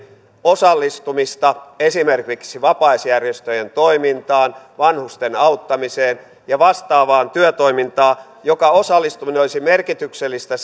osallistumista esimerkiksi vapaaehtoisjärjestöjen toimintaan vanhusten auttamiseen ja vastaavaan työtoimintaan johon osallistuminen olisi merkityksellistä